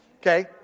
Okay